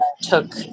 took